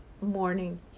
morning